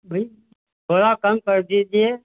फिर थोड़ा कम कर दीजिए